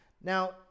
Now